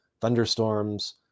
thunderstorms